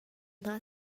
hna